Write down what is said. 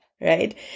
right